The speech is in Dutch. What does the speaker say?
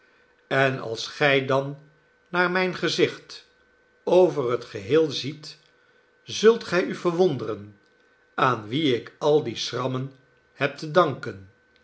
en als gij dan naar mijn gezicht over het geheel ziet zult gij u verwonderen aan wien ik al die schrammen heb te danken